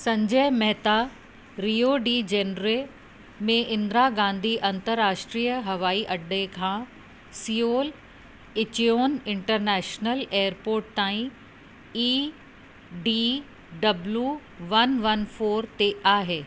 Sanjay Mehta Rio de Janeiro में इंदिर गांधी अंतर्राष्ट्रीय हवाई अॾे खां सियोल इंचियोन इंटरनेशनल एअरपोर्ट ताईं E D W one one four ते आहे